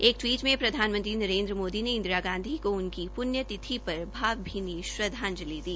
एक टिवीट में प्रधानमंत्री नरेन्द्र मोदी ने इंदिरा गाधी को उनकी प्ण्यतिथि पर भावभीनी श्रद्वाजंलि दी